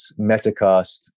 Metacast